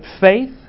faith